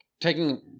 taking